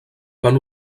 van